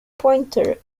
pointer